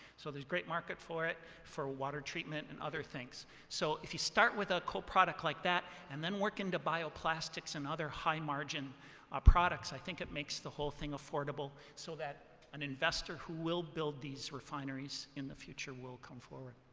so there's a great market for it for water treatment and other things. so if you start with a coproduct like that and then work into bioplastics and other high-margin ah products, i think it makes the whole thing affordable so that an investor who will build these refineries in the future will come forward.